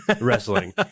Wrestling